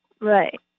Right